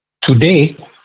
Today